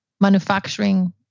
manufacturing